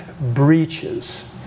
breaches